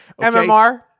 MMR